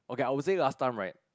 okay I would say last time right